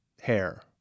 hair